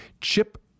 chip